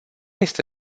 este